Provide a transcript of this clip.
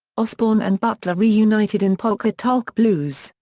osbourne and butler reunited in polka tulk blues,